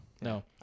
no